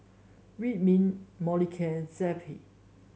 Ridwind Molicare and Zappy